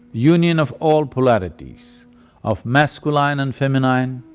union of all polarities of masculine and feminine,